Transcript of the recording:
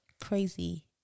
crazy